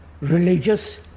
Religious